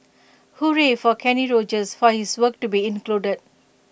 hooray for Kenny Rogers for his work to be included